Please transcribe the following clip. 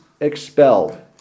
expelled